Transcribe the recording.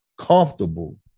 comfortable